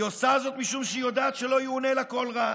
היא עושה זאת משום שהיא יודעת שלא יאונה לה כל רע,